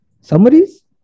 Summaries